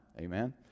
amen